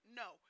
no